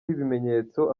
ibimenyetso